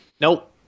Nope